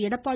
Edappadi